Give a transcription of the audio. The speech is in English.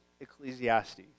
Ecclesiastes